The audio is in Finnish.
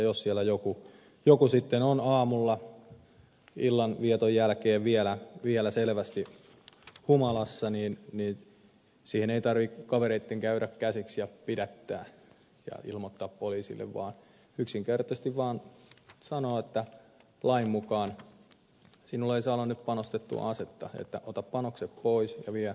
jos siellä joku sitten on aamulla illanvieton jälkeen vielä selvästi humalassa häneen ei tarvitse kavereitten käydä käsiksi ja pidättää ja ilmoittaa poliisille vaan yksinkertaisesti vaan sanoa että lain mukaan sinulla ei saa olla nyt panostettua asetta että ota panokset pois ja vie autoon